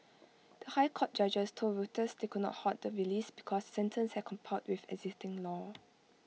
the High Court judges told Reuters they could not halt the release because sentence had complied with existing law